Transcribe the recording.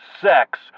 sex